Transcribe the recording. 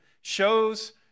shows